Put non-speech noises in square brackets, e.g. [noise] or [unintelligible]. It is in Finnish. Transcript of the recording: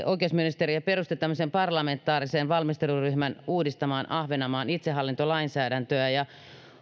[unintelligible] oikeusministeriö perusti tämmöisen parlamentaarisen valmisteluryhmän uudistamaan ahvenanmaan itsehallintolainsäädäntöä